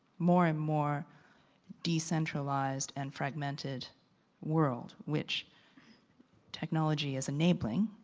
more and more decentralised and fragmented world which technology is enabling,